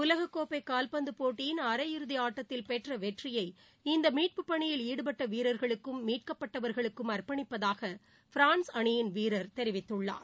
உலககோப்பைகால்பந்தபோட்டியின் அரையிறுதிஆட்டத்தில் பெற்றவெற்றியை இந்தமீட்பு பணியில் ஈடுபட்டவீரர்களுக்கும் மீட்கப்பட்டவர்களுக்கும் அர்பணிப்பதாகபிரான்ஸ் அணியின் வீரர் பால்போக்பாதெரிவித்துள்ளார்